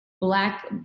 Black